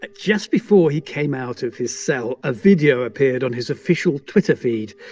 ah just before he came out of his cell, a video appeared on his official twitter feed,